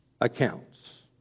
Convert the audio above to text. accounts